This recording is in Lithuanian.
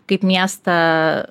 kaip miestą